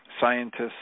scientists